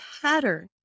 pattern